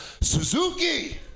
Suzuki